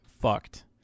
fucked